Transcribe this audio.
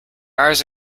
ours